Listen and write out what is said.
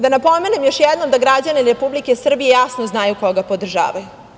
Da napomenem još jednom da građani Republike Srbije jasno znaju koga podržavaju.